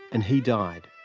and he died,